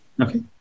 Okay